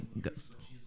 ghosts